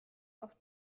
oft